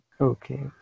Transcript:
Okay